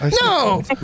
No